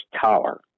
tower